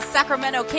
Sacramento